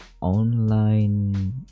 online